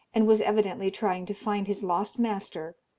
and was evidently trying to find his lost master,